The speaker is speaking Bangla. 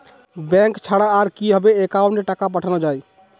ব্যাঙ্ক ছাড়া আর কিভাবে একাউন্টে টাকা পাঠানো য়ায়?